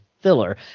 filler